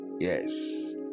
Yes